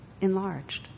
enlarged